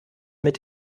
mit